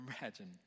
imagine